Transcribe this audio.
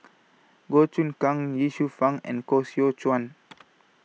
Goh Choon Kang Ye Shufang and Koh Seow Chuan